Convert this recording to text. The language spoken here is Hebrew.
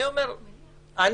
אני אומר, אני,